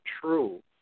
true